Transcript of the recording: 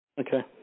Okay